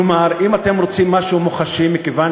כלומר, אם אתם רוצים משהו מוחשי, מכיוון